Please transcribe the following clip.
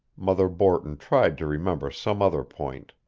mother borton tried to remember some other point.